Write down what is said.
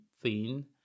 thin